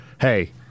hey